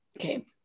okay